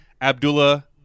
Abdullah